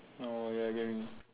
oh ya I get what you mean